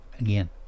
again